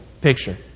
picture